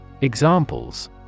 EXAMPLES